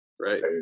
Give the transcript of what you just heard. Right